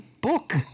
book